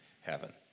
heaven